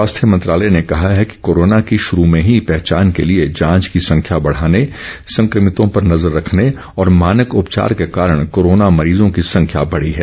स्वास्थ्य मंत्रालय ने कहा है कि कोरोना की शुरू में ही पहचान के लिए जांच की संख्या बढ़ाने संक्रमितों पर नजर रखने और मानक उपचार के कारण कोरोना मरीजों की संख्या बढ़ी है